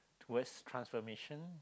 towards transformation